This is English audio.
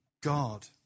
God